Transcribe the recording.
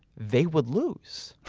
they would lose.